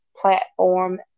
platform